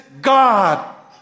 God